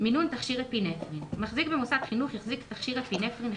תכשיר אפינפרין 2. מחזיק במוסד חינוך יחזיק תכשיר אפינפרין,